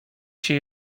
się